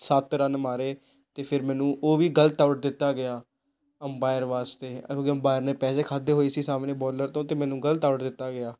ਸੱਤ ਰਨ ਮਾਰੇ ਅਤੇ ਫਿਰ ਮੈਨੂੰ ਉਹ ਵੀ ਗਲਤ ਆਉਟ ਦਿੱਤਾ ਗਿਆ ਅੰਬਾਇਰ ਵਾਸਤੇ ਉਹ ਵੀ ਅੰਬਾਇਰ ਨੇ ਪੈਸੇ ਖਾਧੇ ਹੋਏ ਸਾਹਮਣੇ ਬੋਲਰ ਤੋਂ ਅਤੇ ਮੈਨੂੰ ਗਲਤ ਆਉਟ ਦਿੱਤਾ ਗਿਆ